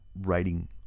writing